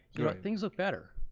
things look better,